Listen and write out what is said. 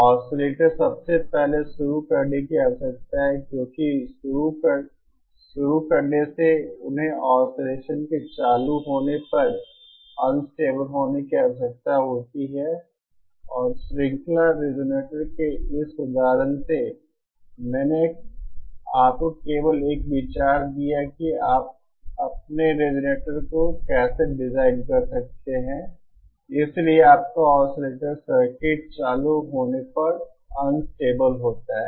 oscillator सबसे पहले शुरू करने की आवश्यकता है क्योंकि शुरू करने से उन्हें ऑसिलेसन के चालू होने पर अनस्टेबल होने की आवश्यकता होती है और श्रृंखला रिजोनेटर के इस उदाहरण से मैंने आपको केवल एक विचार दिया कि आप अपने रिजोनेटर को कैसे डिज़ाइन कर सकते हैं इसलिए आपका ऑसिलेटर सर्किट चालू होने पर अनस्टेबल होता है